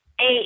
eight